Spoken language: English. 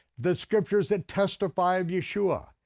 the scriptures that testified yeshua.